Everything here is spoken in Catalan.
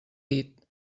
dit